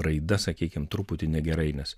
raida sakykim truputį negerai nes